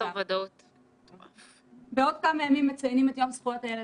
מחודש מרץ או כמה כיתות נפגשו בחוץ מחודש ספטמבר,